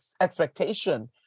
expectation